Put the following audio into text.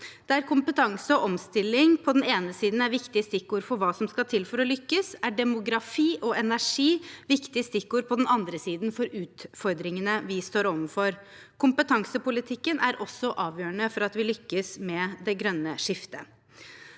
Der kompetanse og omstilling på den ene siden er viktige stikkord for hva som skal til for å lykkes, er demografi og energi viktige stikkord på den andre siden for utfordringene vi står overfor. Kompetansepolitikken er også avgjørende for at vi lykkes med det grønne skiftet.